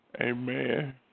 Amen